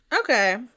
Okay